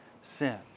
sin